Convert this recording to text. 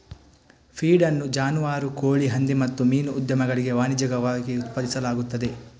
feed ಅನ್ನು ಜಾನುವಾರು, ಕೋಳಿ, ಹಂದಿ ಮತ್ತು ಮೀನು ಉದ್ಯಮಗಳಿಗೆ ವಾಣಿಜ್ಯಿಕವಾಗಿ ಉತ್ಪಾದಿಸಲಾಗುತ್ತದೆ